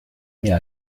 mir